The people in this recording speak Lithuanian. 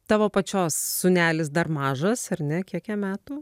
tavo pačios sūnelis dar mažas ar ne kiek jam metų